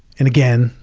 and again,